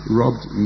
robbed